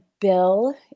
Bill